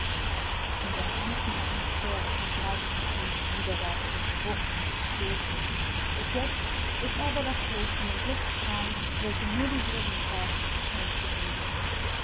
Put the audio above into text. in der ganzen atmosphäre verbreitet sich ein widerwärtiger geruch nach schwefel bis jetzt ist aber das floß von den blitzstrahlen welche nur die wogen trafen verschont geblieben